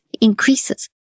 increases